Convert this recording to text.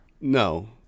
No